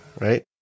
right